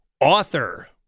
author